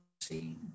see